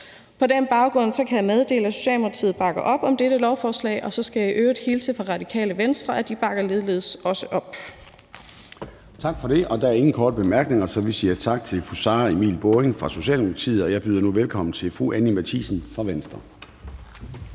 På den baggrund kan jeg meddele, at Socialdemokratiet bakker op om dette lovforslag, og så skal jeg i øvrigt hilse fra Radikale Venstre og sige, at de ligeledes bakker op. Kl. 14:13 Formanden (Søren Gade): Der er ingen korte bemærkninger, så vi siger tak til fru Sara Emil Baaring fra Socialdemokratiet. Og jeg byder nu velkommen til fru Anni Matthiesen fra Venstre.